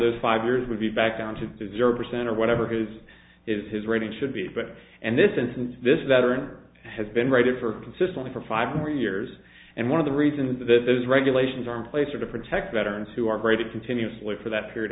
those five years would be back down to zero percent or whatever his is his rating should be but and this instance this veteran has been rated for consistently for five more years and one of the reasons that those regulations are in place are to protect veterans who are graded continuously for that period